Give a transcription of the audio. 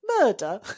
Murder